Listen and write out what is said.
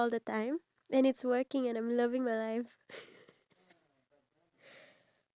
boy I ain't the only one who was fool you be fooling too yo